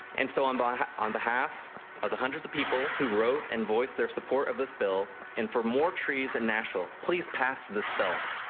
and so on by on behalf of the hundreds of people who wrote and voice their support this bill. and for more trees and national please pass this bill.